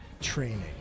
training